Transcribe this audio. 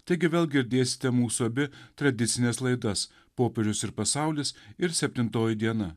taigi vėl girdėsite mūsų abi tradicines laidas popiežius ir pasaulis ir septintoji diena